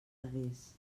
adés